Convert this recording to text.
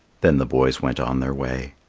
then the boys went on their way.